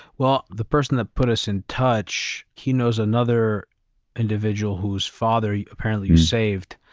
well, the person that put us in touch, he knows another individual whose father apparently you saved.